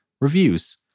reviews